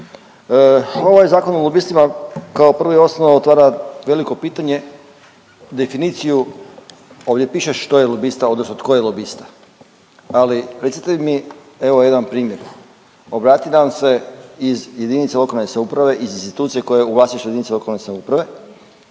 Ovaj zakon o lobistima kao prvo i osnovno otvara veliko pitanje, definiciju, ovdje piše što je lobista odnosno tko je lobista, ali recite mi, evo, jedan primjer, obrati nam se iz jedinice lokalne samouprave iz institucije koja je u vlasništvu jedinice lokalne samouprave